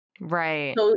Right